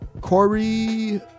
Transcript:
Corey